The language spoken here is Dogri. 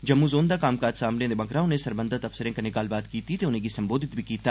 जम्मू जोन दा कम्मकार साम्बने दे बाद उने सरबंधित अफसरे कन्ने गल्लबात कीती ते उनेंगी संबोधित बी कीता